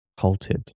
halted